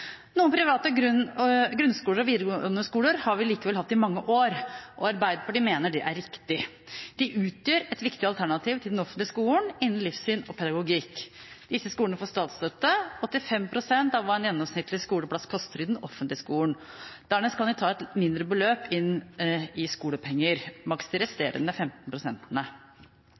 Noen private grunnskoler og videregående skoler har vi likevel hatt i mange år, og Arbeiderpartiet mener det er riktig. De utgjør et viktig alternativ til den offentlige skolen innen livssyn og pedagogikk. Disse skolene får statsstøtte: 85 pst. av hva en gjennomsnittlig skoleplass koster i den offentlige skolen. Dernest kan de ta inn et mindre beløp i skolepenger, maksimalt de resterende 15